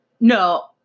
No